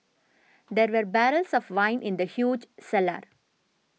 there were barrels of wine in the huge cellar